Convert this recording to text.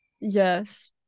Yes